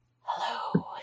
hello